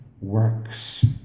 works